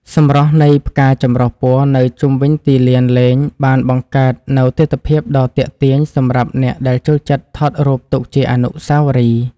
សម្រស់នៃផ្កាចម្រុះពណ៌នៅជុំវិញទីលានលេងបានបង្កើតនូវទិដ្ឋភាពដ៏ទាក់ទាញសម្រាប់អ្នកដែលចូលចិត្តថតរូបទុកជាអនុស្សាវរីយ៍។